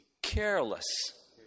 Careless